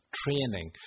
training